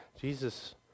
Jesus